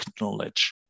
knowledge